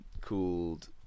called